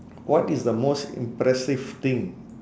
what is the most impressive thing